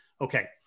Okay